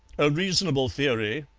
a reasonable theory,